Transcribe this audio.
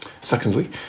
Secondly